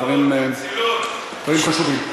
דברים חשובים.